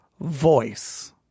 voice